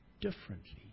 differently